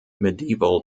medieval